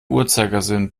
uhrzeigersinn